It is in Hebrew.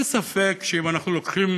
אם אנחנו לוקחים